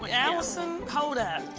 ah allisyn, hold up.